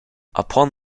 upon